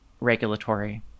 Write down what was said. regulatory